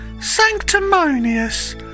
Sanctimonious